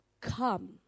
come